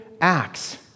acts